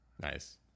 Nice